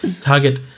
target